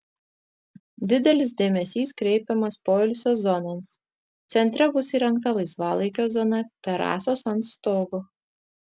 didelis dėmesys kreipiamas poilsio zonoms centre bus įrengta laisvalaikio zona terasos ant stogo